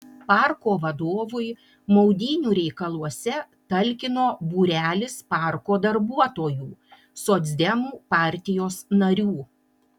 parko vadovui maudynių reikaluose talkino būrelis parko darbuotojų socdemų partijos narių